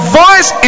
voice